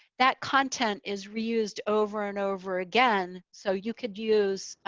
that content is reused over and over again. so you could use